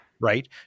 right